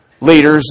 leaders